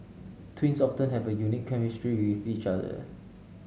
twins often have a unique chemistry with each other